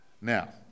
Now